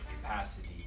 capacity